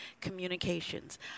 Communications